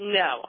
no